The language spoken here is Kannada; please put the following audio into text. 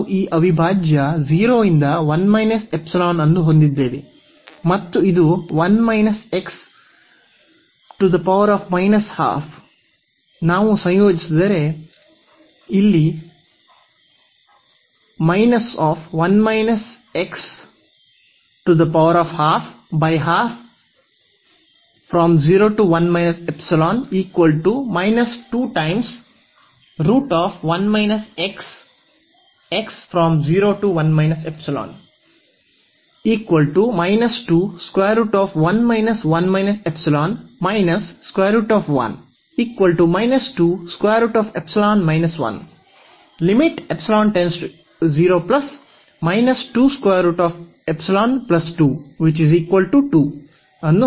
ನಾವು ಈ ಅವಿಭಾಜ್ಯ 0 ರಿಂದ ಅನ್ನು ಹೊಂದಿದ್ದೇವೆ ಮತ್ತು ಇದು ನಾವು ಸಂಯೋಜಿಸಿದರೆ ನಾವು ಅನ್ನು ಹೊಂದಿರುತ್ತೇವೆ